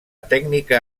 tècnica